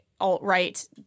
alt-right